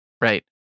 Right